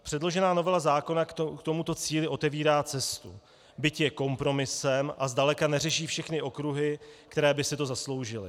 Předložená novela zákona k tomuto cíli otevírá cestu, byť je kompromisem a zdaleka neřeší všechny okruhy, které by si to zasloužily.